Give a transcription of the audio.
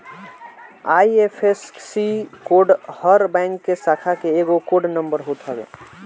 IFSC code हर bank के शाखा के एगो कोड नंबर होत हवे